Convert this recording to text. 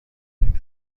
این